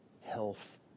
health